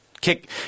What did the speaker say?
kick